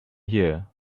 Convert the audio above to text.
here